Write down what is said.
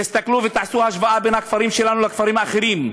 תסתכלו ותעשו השוואה בין הכפרים שלנו לכפרים האחרים.